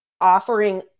offering